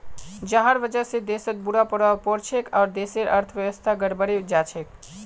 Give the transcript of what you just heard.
जहार वजह से देशत बुरा प्रभाव पोरछेक आर देशेर अर्थव्यवस्था गड़बड़ें जाछेक